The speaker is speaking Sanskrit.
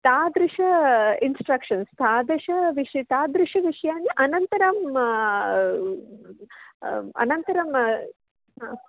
तादृशं इन्स्ट्रक्षन्स् तादृशं विषयं तादृशविषयानि अनन्तरम् अनन्तरं